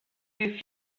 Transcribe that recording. two